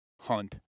hunt